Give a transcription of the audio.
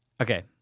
Okay